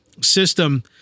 system